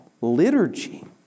liturgy